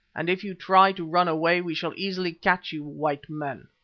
and if you try to run away we shall easily catch you white men!